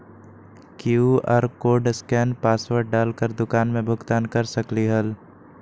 QR code scan password डाल कर दुकान में भुगतान कर सकलीहल?